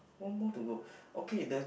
one more to go okay the